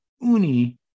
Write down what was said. Uni